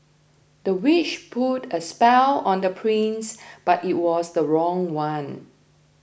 the witch put a spell on the prince but it was the wrong one